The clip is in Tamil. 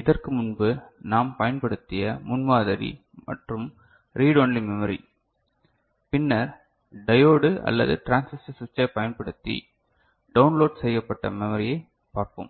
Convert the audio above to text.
இதற்கு முன்பு நாம் பயன்படுத்திய முன்மாதிரி மற்றும் ரீட் ஒன்லி மெமரி பின்னர் டையோடு அல்லது டிரான்சிஸ்டர் சுவிட்சைப் பயன்படுத்தி டவுன்லோட் செய்யப்பட்ட மெமரியை பார்ப்போம்